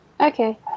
Okay